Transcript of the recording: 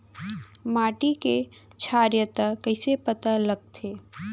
माटी के क्षारीयता कइसे पता लगथे?